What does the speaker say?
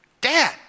dad